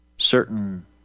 Certain